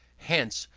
hence,